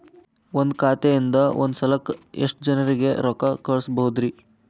ಒಂದ್ ಖಾತೆಯಿಂದ, ಒಂದ್ ಸಲಕ್ಕ ಎಷ್ಟ ಜನರಿಗೆ ರೊಕ್ಕ ಕಳಸಬಹುದ್ರಿ?